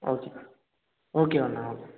okay okay అన్న okay